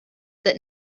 that